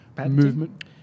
Movement